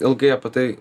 ilgai apie tai